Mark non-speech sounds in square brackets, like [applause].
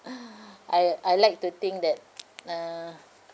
[breath] I uh I like to think that [noise] uh